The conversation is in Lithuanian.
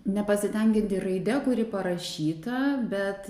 nepasitenkinti raide kuri parašyta bet